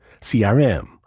CRM